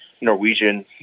norwegian